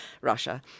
Russia